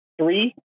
three